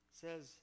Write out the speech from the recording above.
says